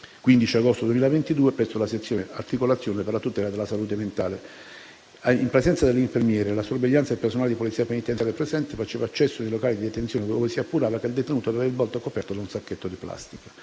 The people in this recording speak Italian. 15 agosto 2022 presso la sezione Articolazione per la tutela della salute mentale (ATSM). In presenza dell'infermiere, la sorveglianza e il personale di Polizia penitenziaria presente faceva accesso nei locali di detenzione ove si appurava che il detenuto aveva il volto coperto da un sacchetto di plastica.